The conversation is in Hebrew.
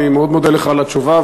אני מאוד מודה לך על התשובה,